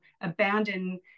abandon